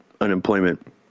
unemployment